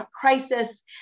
crisis